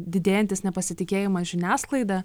didėjantis nepasitikėjimas žiniasklaida